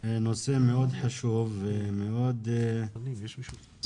נושא מאוד חשוב ומאוד כואב.